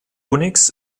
unix